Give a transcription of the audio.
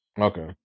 Okay